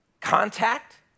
contact